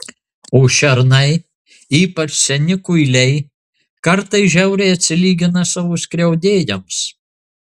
o šernai ypač seni kuiliai kartais žiauriai atsilygina savo skriaudėjams